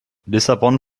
lissabon